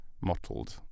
mottled